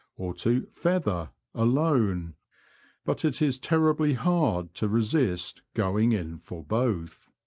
or to feather alone but it is terribly hard to resist going in for both.